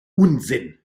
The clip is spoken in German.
unsinn